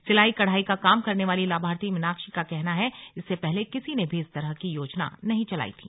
सिलाई कढ़ाई का काम करने वाली लाभार्थी मीनाश्री का कहना है इससे पहले किसी ने भी इस तरह की योजना नहीं चलाई थी